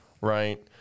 Right